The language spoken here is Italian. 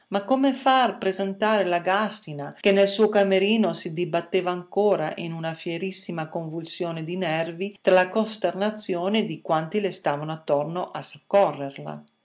ma come far presentare la gàstina che nel suo camerino si dibatteva ancora in una fierissima convulsione di nervi tra la costernazione di quanti le stavano attorno a soccorrerla